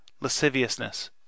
lasciviousness